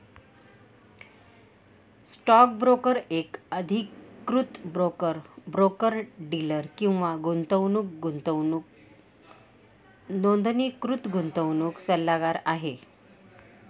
stock broker एक अधिकृत broker, broker dealer किंवा नोंदणीकृत गुंतवणूक सल्लागार आहे